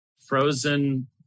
frozen